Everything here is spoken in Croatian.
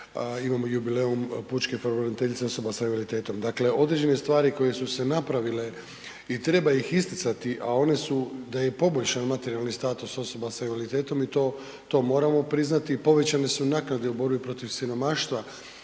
imamo jubileju Pučke pravobraniteljice osoba sa invaliditetom. Dakle, određene stvari koje su se napravile i treba ih isticati, a one su da je poboljšan materijalni status osoba sa invaliditetom i to moramo priznati i povećane su naknade u borbi protiv siromaštva